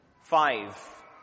Five